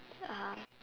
(uh huh)